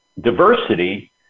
diversity